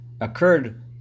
occurred